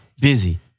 busy